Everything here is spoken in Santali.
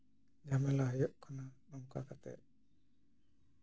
ᱡᱷᱟᱢᱮᱞᱟ ᱦᱩᱭᱩᱜ ᱠᱟᱱᱟ ᱱᱚᱝᱠᱟ ᱠᱟᱛᱮ